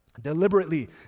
Deliberately